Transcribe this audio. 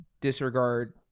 disregard